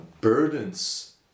burdens